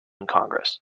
congress